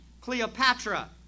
Cleopatra